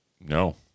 No